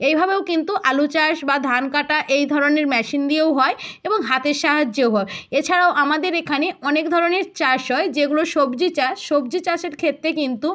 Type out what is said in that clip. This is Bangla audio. এইভাবেও কিন্তু আলু চাষ বা ধান কাটা এই ধরনের মেশিন দিয়েও হয় এবং হাতের সাহায্যেও হয় এছাড়াও আমাদের এখানে অনেক ধরনের চাষ হয় যেগুলো সবজি চাষ সবজি চাষের ক্ষেত্রে কিন্তু